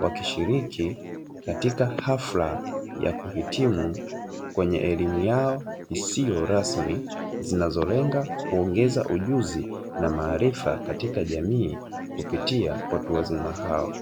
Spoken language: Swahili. wakishiriki katika ghafla ya kuhitimu kwenye elimu yao isiyo rasmi zinazolenga kuongeza ujuzi na maarifa katika jamii kupitia watu wazima hao.